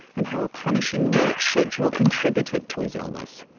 and how a punishing work schedule contributed to his illness.